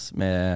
med